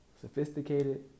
sophisticated